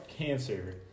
Cancer